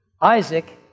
Isaac